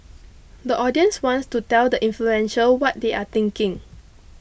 the audience wants to tell the influential what they are thinking